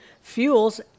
fuels